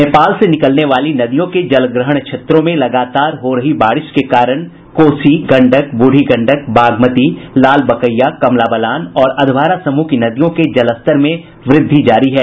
नेपाल से निकलने वाली नदियों के जलग्रहण क्षेत्रों में लगातार हो रही बारिश के कारण कोसी गंडक बूढ़ी गंडक बागमती लालबकैया कमला बलान और अधवारा समूह की नदियों के जलस्तर में वृद्धि जारी है